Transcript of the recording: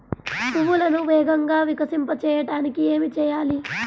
పువ్వులను వేగంగా వికసింపచేయటానికి ఏమి చేయాలి?